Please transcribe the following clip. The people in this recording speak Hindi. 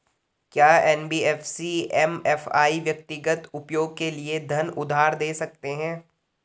क्या एन.बी.एफ.सी एम.एफ.आई व्यक्तिगत उपयोग के लिए धन उधार दें सकते हैं?